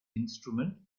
instrument